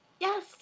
Yes